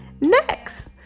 next